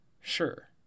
sure